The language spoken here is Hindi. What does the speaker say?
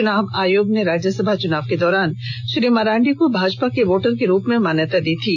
चुनाव आयोग ने राज्यसभा चुनाव के दौरान श्री मरांडी को भाजपा के वोटर के रूप में मान्यता दी थी